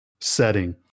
setting